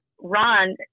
Ron